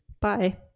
Bye